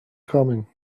coming